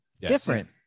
Different